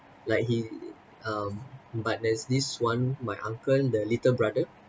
like he um but there's this one my uncle the little brother